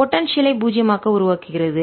potential ஐ பூஜ்யமாக உருவாக்குகிறது